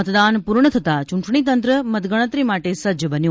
મતદાન પૂર્ણ થતાં ચૂંટણી તંત્ર મતગણતરી માટે સજ્જ બન્યું